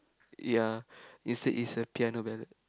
ya instead it's a piano ballad